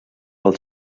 pel